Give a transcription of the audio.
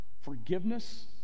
forgiveness